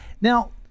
Now